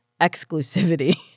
exclusivity